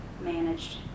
managed